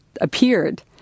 appeared